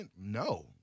No